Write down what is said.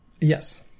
yes